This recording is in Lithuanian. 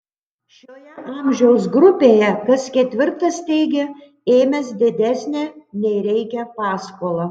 šioje amžiaus grupėje kas ketvirtas teigia ėmęs didesnę nei reikia paskolą